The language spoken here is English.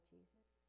Jesus